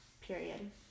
Period